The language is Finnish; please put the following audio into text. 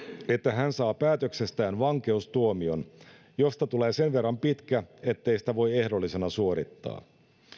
että hän saa päätöksestään vankeustuomion josta tulee sen verran pitkä ettei sitä voi ehdollisena suorittaa